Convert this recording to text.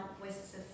Voices